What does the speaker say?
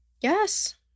yes